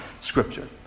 Scripture